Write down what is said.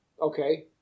Okay